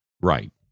Right